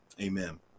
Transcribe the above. Amen